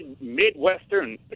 Midwestern